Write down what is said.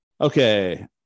Okay